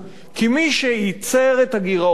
כי מי שייצר את הגירעון,